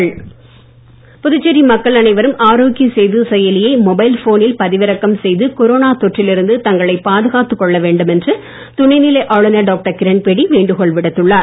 doctor Kiran Bedi புதுச்சேரிமக்கள் அனைவரும் ஆரோக்கிய சேது செயலியை மொபைல் போனில் பதிவிறக்கம் செய்து கொரோனா தொற்றில் இருந்து தங்களை பாதுகாத்துக் கொள்ள வேண்டும் என்று துணைநிலை ஆளுநர் டாக்டர் கிரண்பேடி வேண்டுகோள் விடுத்துள்ளார்